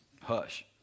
hush